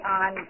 on